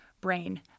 brain